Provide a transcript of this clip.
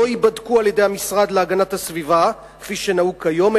ייבדקו על-ידי המשרד להגנת הסביבה כפי שנהוג כיום,